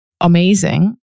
amazing